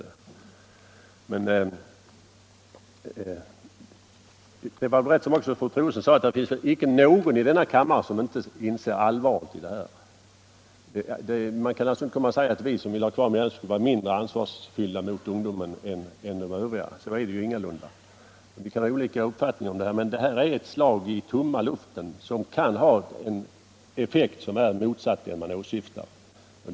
Det finns väl inte någon i denna kammare — det sade också fru Troedsson — som inte inser allvaret i mellanölsmissbruket. Man kan alltså inte säga att vi som vill ha kvar mellanölet skulle vara mindre ansvarskännande gentemot ungdomen än de övriga är. Så är det ingalunda. Men vi har olika uppfattningar om förslaget. Jag anser att det är ett slag i tomma luften, som kan få en effekt rakt motsatt den man åsyftar.